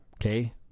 Okay